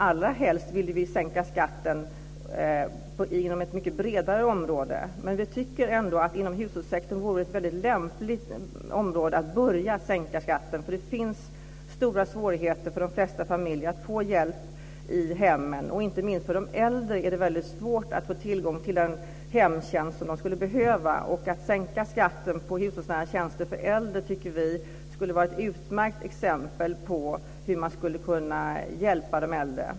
Allrahelst vill vi sänka skatten inom ett mycket bredare område, men vi tycker ändå att hushållssektorn vore ett väldigt lämpligt område att börja sänka skatten inom, för det är stora svårigheter för de flesta familjer när det gäller att få hjälp i hemmen. Inte minst för de äldre är det väldigt svårt att få tillgång till den hemtjänst som de skulle behöva. Att sänka skatten på hushållsnära tjänster för äldre tycker vi skulle vara ett utmärkt exempel på hur man skulle kunna hjälpa de äldre.